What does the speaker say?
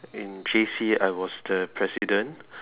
in J_C I was the president